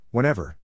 Whenever